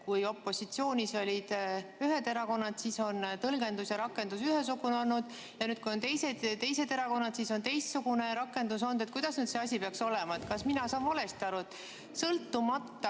Kui opositsioonis olid ühed erakonnad, siis oli tõlgendus ja rakendus ühesugune, ja nüüd, kui seal on teised erakonnad, siis on teistsugune rakendus. Kuidas see asi peaks olema? Kas mina saan valesti aru, et sõltumata